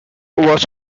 was